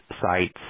sites